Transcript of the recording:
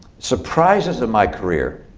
surprises of my career